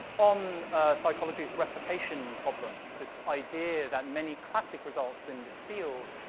on psychology's replication problems, this idea that many classic results in this field,